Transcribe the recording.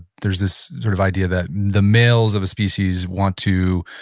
there's this sort of idea that the males of a species want to